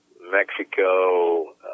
Mexico